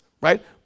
right